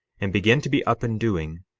and begin to be up and doing,